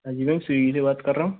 हाँ जी मैम स्विग्गी से बात कर रहा हूँ